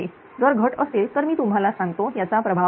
जर घट असेल तर मी तुम्हाला सांगतो याचा प्रभाव काय